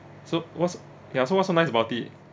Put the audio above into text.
so what's ya so what's so nice about it